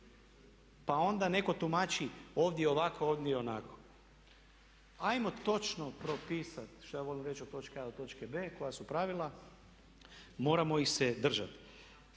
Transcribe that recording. Pa onda netko tumači ovdje ovako, ovdje onako. Hajmo točno propisati što ja volim reći od točke A do točke B koja su pravila, moramo ih se držati.